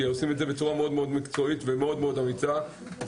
כי אנחנו עושים את זה בצורה מאוד מקצועית אמיצה ושקולה.